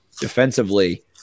defensively